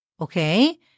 Okay